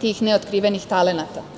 tih neotkrivenih talenata.